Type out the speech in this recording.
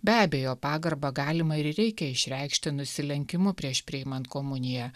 be abejo pagarbą galima ir reikia išreikšti nusilenkimu prieš priimant komuniją